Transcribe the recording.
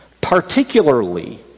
particularly